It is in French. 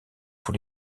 pour